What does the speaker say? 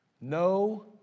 No